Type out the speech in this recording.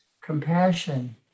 compassion